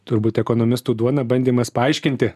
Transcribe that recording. turbūt ekonomistų duona bandymas paaiškinti